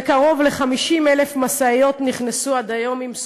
וקרוב ל-50,000 משאיות נכנסו עד היום עם סחורה.